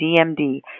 DMD